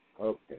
Okay